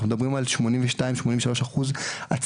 אנחנו מדברים על בין 82%-83% הצלחה,